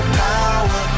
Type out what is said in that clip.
power